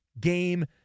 Game